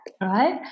right